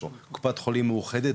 לקופת חולים מאוחדת,